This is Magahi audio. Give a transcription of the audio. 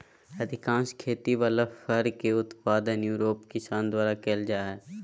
अधिकांश खेती वला फर के उत्पादन यूरोप किसान द्वारा कइल जा हइ